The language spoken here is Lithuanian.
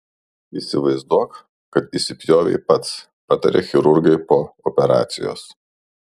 įsivaizduok kad įsipjovei pats pataria chirurgai po operacijos